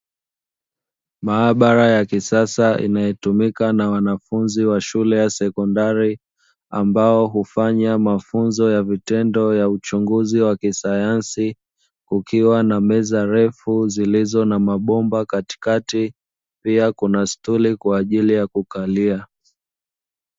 Maabara ya kisasa inayotumika na wanafunzi wa shule ya sekondari, ambao hufanya mafunzo ya vitendo ya uchunguzi wa kisayansi; kukiwa na meza refu zilizo na mabomba katikati, pia kuna stuli kwa ajili ya kukalia.